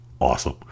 awesome